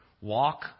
Walk